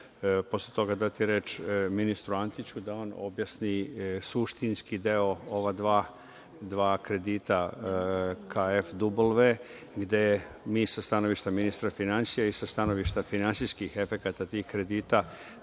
posle toga dati reč ministru Antiću da on objasni suštinski deo ova dva kredita KfW dugove gde mi sa stanovišta ministra finansija i sa stanovišta finansijskih efekata tih kredita